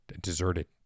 deserted